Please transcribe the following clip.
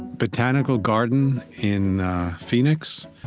botanical garden in phoenix,